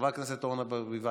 חברת הכנסת אורנה ברביבאי,